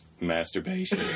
masturbation